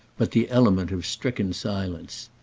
but the element of stricken silence.